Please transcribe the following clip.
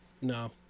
No